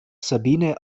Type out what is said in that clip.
sabine